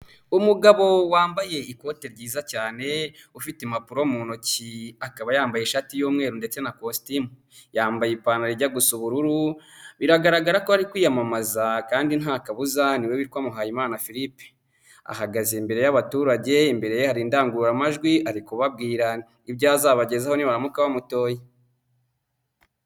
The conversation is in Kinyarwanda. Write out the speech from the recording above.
Umugabo wambaye ikote ryiza cyane ufite impapuro mu ntoki akaba yambaye ishati y'umweru ndetse na positimu, yambaye ipantaro ijya gu gusa ubururu biragaragara ko ari kwiyamamaza kandi nta kabuza ni we witwa muhayimana philippe, ahagaze imbere y'abaturage imbere hari indangururamajwi ari kubabwira ibyo azabagezaho nibaramuka bamutoye.